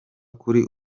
kuri